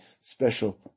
special